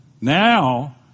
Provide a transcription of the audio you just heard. Now